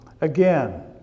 Again